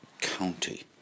County